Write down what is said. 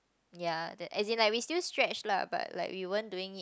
ya the as in like we still stretch lah but like we weren't doing it